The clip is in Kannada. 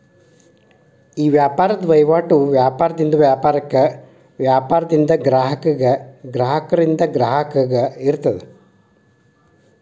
ಈ ವ್ಯಾಪಾರದ್ ವಹಿವಾಟು ವ್ಯಾಪಾರದಿಂದ ವ್ಯಾಪಾರಕ್ಕ, ವ್ಯಾಪಾರದಿಂದ ಗ್ರಾಹಕಗ, ಗ್ರಾಹಕರಿಂದ ಗ್ರಾಹಕಗ ಇರ್ತದ